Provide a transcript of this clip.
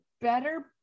better